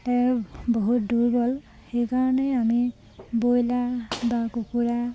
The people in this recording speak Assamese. বহুত দুৰ্বল সেইকাৰণে আমি ব্ৰইলাৰ বা কুকুৰা